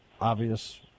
obvious